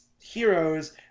heroes